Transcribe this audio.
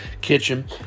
kitchen